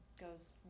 goes